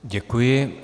Děkuji.